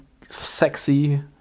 sexy